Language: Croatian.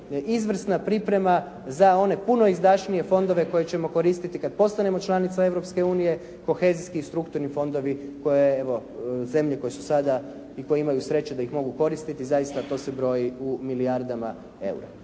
izvrsna priprema za one puno izdašnije fondove koje ćemo koristiti kad postanemo članica Europske unije, kohezijski i strukturni fondovi koje evo zemlje koje su sada i koje imaju sreće da ih mogu koristiti, zaista to se broji u milijardama eura.